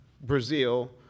Brazil